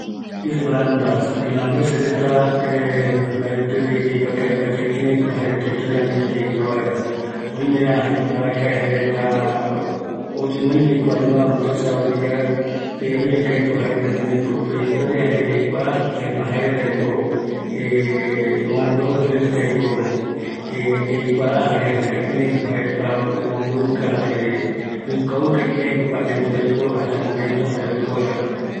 Kua irlandese reta, jaeko tëtä oïme ketïva, mbaetɨ aikuaete jare jae vaera kïräiko arakae guiveva, oïmera jaereta oikevi ñorärö rupi, ëreï oïmeko aipo ömoëräkuä jaereta jeko kïräi oureta oiko, jare añavërupi oiko reta vaera